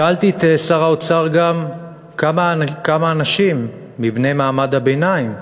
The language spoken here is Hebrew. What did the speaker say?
שאלתי את שר האוצר גם כמה אנשים מבני מעמד הביניים,